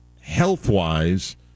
health-wise